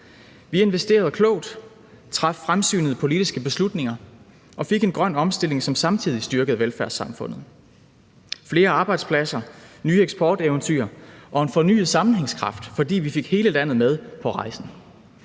Vi investerede klogt, traf fremsynede politiske beslutninger og fik en grøn omstilling, som samtidig styrkede velfærdssamfundet. Der kom flere arbejdspladser, nye eksporteventyr og en fornyet sammenhængskraft, fordi vi fik hele landet med på rejsen.